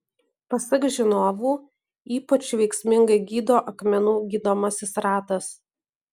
pasak žinovų ypač veiksmingai gydo akmenų gydomasis ratas